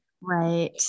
right